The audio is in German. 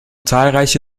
zahlreiche